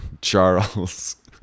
Charles